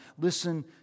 Listen